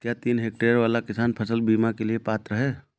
क्या तीन हेक्टेयर वाला किसान फसल बीमा के लिए पात्र हैं?